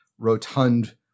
rotund